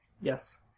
Yes